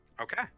Okay